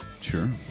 Sure